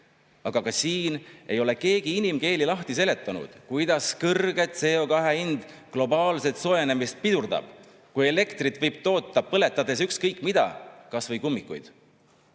Aga ka siin ei ole keegi inimkeeli lahti seletanud, kuidas kõrge CO2hind globaalset soojenemist pidurdab, kui elektrit võib toota põletades ükskõik mida, kas või kummikuid.